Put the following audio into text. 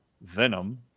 Venom